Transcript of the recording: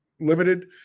limited